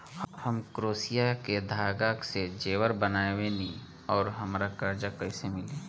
हम क्रोशिया के धागा से जेवर बनावेनी और हमरा कर्जा कइसे मिली?